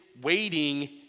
waiting